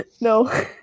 No